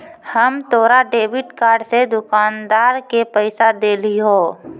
हम तोरा debit card से दुकानदार के पैसा देलिहों